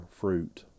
fruit